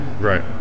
right